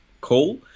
call